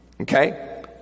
Okay